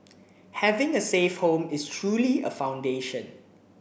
having a safe home is truly a foundation